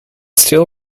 still